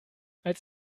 als